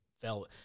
fell